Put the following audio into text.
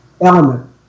element